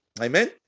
Amen